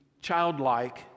childlike